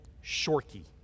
shorty